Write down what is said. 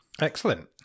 Excellent